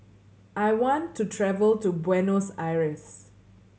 I want to travel to Buenos Aires